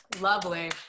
Lovely